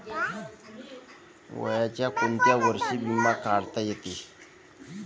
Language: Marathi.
वयाच्या कोंत्या वर्षी बिमा काढता येते?